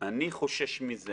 שאני חושש מזה